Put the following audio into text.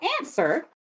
answer